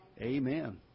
Amen